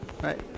right